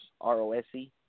R-O-S-E